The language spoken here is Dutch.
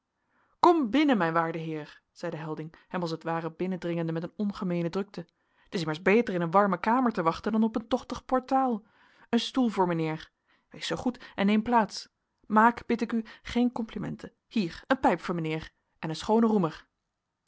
kom binnen mijn waarde heer zeide helding hem als t ware binnendringende met een ongemeene drukte t is immers beter in een warme kamer te wachten dan op een tochtig portaal een stoel voor mijnheer wees zoo goed en neem plaats maak bid ik u geen complimenten hier een pijp voor mijnheer en een schoonen roemer